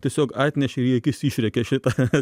tiesiog atnešė ir į akis išrėkė šitą